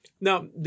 Now